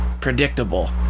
predictable